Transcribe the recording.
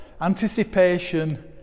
anticipation